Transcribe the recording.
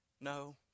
No